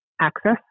access